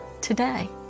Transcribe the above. today